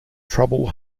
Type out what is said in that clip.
trouble